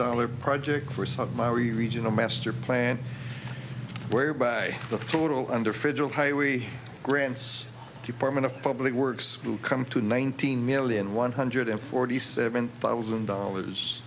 dollar project for submarine regional master plan whereby the total under federal highway grants department of public works will come to nineteen million one hundred forty seven thousand dollars